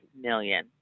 million